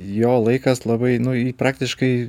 jo laikas labai nu jį praktiškai